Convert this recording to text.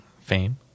fame